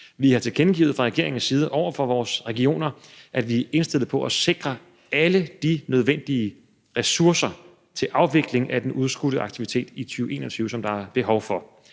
Vi har tilkendegivet fra regeringens side over for vores regioner, at vi er indstillet på at sikre alle de nødvendige ressourcer til afvikling af den udskudte aktivitet i 2021, som der er behov for.